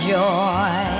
joy